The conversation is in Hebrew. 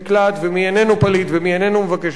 ומי איננו פליט ומי איננו מבקש מקלט.